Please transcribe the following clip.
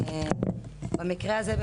במקרה הזה,